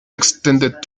extended